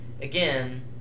again